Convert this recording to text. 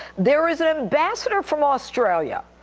there is an ambassador from australia,